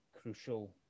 crucial